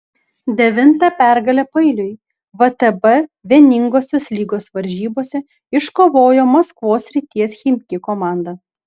devintą pergalę paeiliui vtb vieningosios lygos varžybose iškovojo maskvos srities chimki komanda